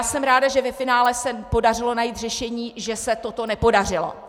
Jsem ráda, že ve finále se podařilo najít řešení, že se toto nepodařilo.